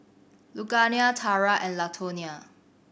Lugenia Tarah and Latonia